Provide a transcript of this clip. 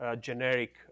generic